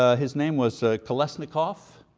ah his name was kolesnikov,